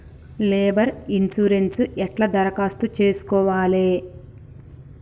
Labour insurance ఎట్ల దరఖాస్తు చేసుకోవాలే?